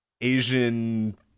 Asian